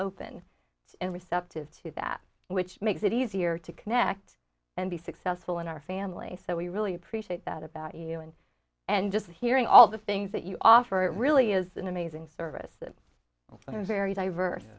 open and receptive to that which makes it easier to connect and be successful in our family so we really appreciate that about you and and just hearing all the things that you offer it really is an amazing service that is very diverse